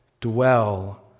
dwell